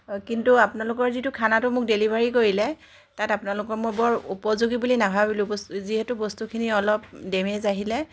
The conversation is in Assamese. কিন্তু আপোনালোকৰ যিটো খানাটো মোক ডেলিভাৰী কৰিলে তাত আপোনালোকৰ মই বৰ উপযোগী বুলি নাভাবিলোঁ বচ যিহেতু বস্তুখিনি অলপ ডেমেজ আহিলে